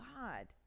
God